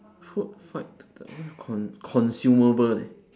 food fight to the con~ consumable leh